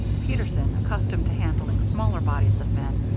peterson, accustomed to handling smaller bodies of men,